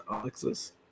alexis